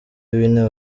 w’intebe